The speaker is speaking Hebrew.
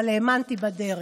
אבל האמנתי בדרך.